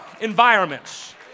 environments